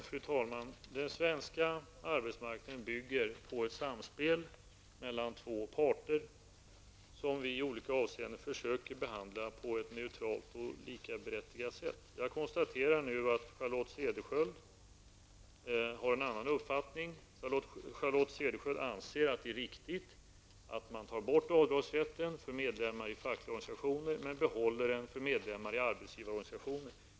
Fru talman! Den svenska arbetsmarknaden bygger på ett samspel mellan två parter som vi i olika avseenden försöker behandla på ett neutralt och likaberättigat sätt. Jag konstaterar nu att Charlotte Cederschiöld har en annan uppfattning. Hon anser att det är riktigt att man tar bort avdragsrätten för medlemmar i fackliga organisationer men behåller den för medlemmar i arbetsgivarorganisationer.